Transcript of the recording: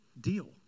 deal